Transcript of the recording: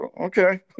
Okay